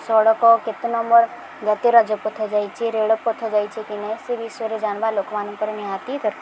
ସଡ଼କ କେତେ ନମ୍ବର ଜାତୀୟ ରାଜପଥ ଯାଇଛି ରେଳପଥ ଯାଇଛି କି ନାହିଁ ସେ ବିଷୟରେ ଜାନବା ଲୋକମାନଙ୍କର ନିହାତି ଦରକାର